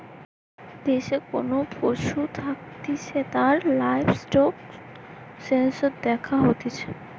দেশে কোন পশু থাকতিছে তার লাইভস্টক সেনসাস দ্যাখা হতিছে